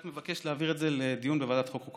אני רק מבקש להעביר את זה לדיון בוועדת החוקה,